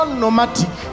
nomadic